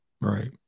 Right